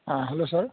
ہاں ہلو سر